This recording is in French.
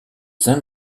sainte